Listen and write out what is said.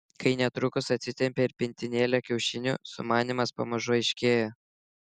kai netrukus atsitempė ir pintinėlę kiaušinių sumanymas pamažu aiškėjo